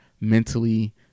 mentally